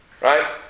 Right